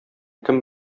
кем